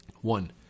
One